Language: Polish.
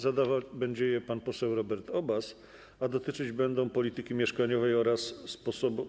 Zadawać będzie je pan poseł Robert Obaz, a dotyczy ono polityki mieszkaniowej oraz sposobów.